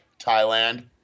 Thailand